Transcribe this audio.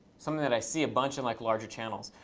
something that i see a bunch in like larger channels.